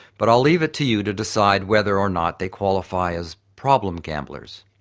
but i'll leave it to you to decide whether or not they qualify as problem gamblers.